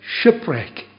shipwreck